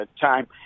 time